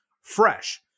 fresh